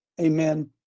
Amen